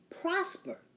prosper